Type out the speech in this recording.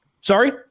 sorry